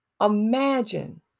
imagine